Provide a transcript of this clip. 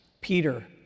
Peter